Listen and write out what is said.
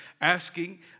asking